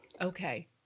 Okay